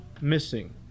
missing